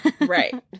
Right